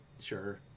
sure